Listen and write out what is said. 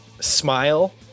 Smile